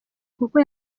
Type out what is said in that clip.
kuko